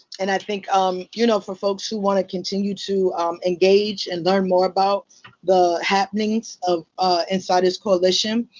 and i think um you know for folks who want to continue to engage, and learn more about the happenings of insider's coalition,